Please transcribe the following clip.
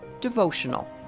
devotional